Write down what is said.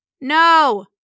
No